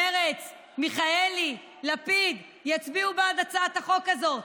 מרצ, מיכאלי, לפיד יצביעו בעד הצעת החוק הזאת,